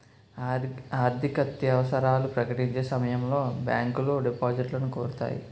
ఆర్థికత్యవసరాలు ప్రకటించే సమయంలో బ్యాంకులో డిపాజిట్లను కోరుతాయి